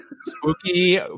spooky